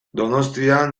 donostian